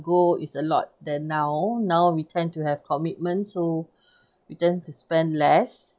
ago is a lot than now now we tend to have commitment so we tend to spend less